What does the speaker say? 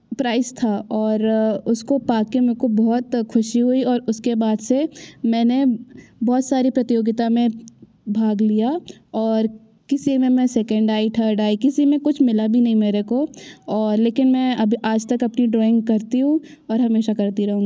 price था और उसको पा कर मे को बहुत ख़ुशी हुई और उसके बाद से मैंने बहुत सारी प्रतियोगिता में भाग लिया और किसी में मैं सेकंड आई थर्ड आई किसी में कुछ मिला भी नहीं मेरे को और लेकिन मैं अभी आज तक अपनी ड्राइंग करती हूँ और हमेशा करती रहूँ